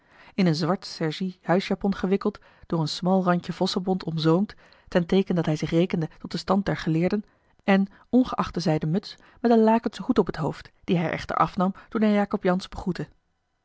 in een zwart sergie huisjapon gewikkeld door een smal randje vossenbont omzoomd ten teeken dat hij zich rekende tot den stand der geleerden en ongeacht de zijden muts met een lakenschen hoed op het hoofd dien hij echter afnam toen hij jakob jansz begroette